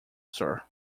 sir